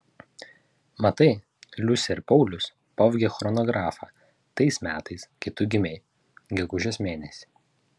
matai liusė ir paulius pavogė chronografą tais metais kai tu gimei gegužės mėnesį